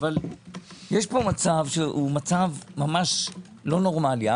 אבל יש פה מצב שהוא ממש לא נורמלי.